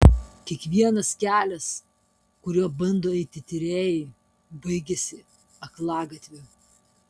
kiekvienas kelias kuriuo bando eiti tyrėjai baigiasi aklagatviu